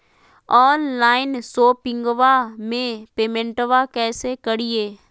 Online शोपिंगबा में पेमेंटबा कैसे करिए?